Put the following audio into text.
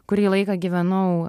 kurį laiką gyvenau